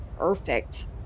Perfect